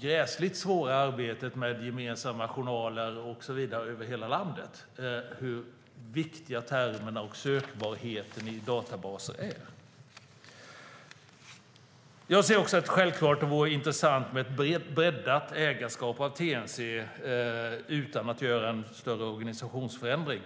gräsligt svårt arbetet med gemensamma journaler över hela landet är och hur viktiga termerna och sökbarheten i databaser är. Det vore självfallet intressant med ett breddat ägarskap av TNC utan att göra en större organisationsförändring.